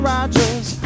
Rogers